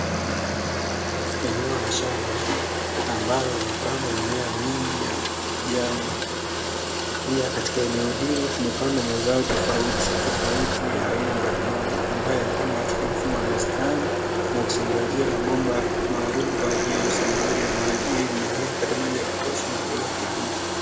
Eneo la shamba ambalo limepandwa mimea mingi ya kijani pia katika eneo hilo limepandwa mazao tofauti tofauti ya aina mbalimbali ambayo yamepanda katika mfumo wa mistari na kusambaziwa mabomba maalumu ya usambazaji wa maji, ili mimea hiyo kupata maji ya kutosha na kuweza kunawili.